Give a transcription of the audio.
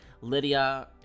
lydia